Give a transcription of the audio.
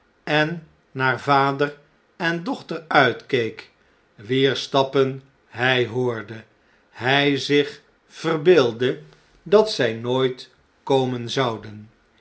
en naar vader en dochter uitkeek wier stappen hjj hoorde hjj zich verbeeldde dat zjj nooit komen zouden